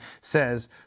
says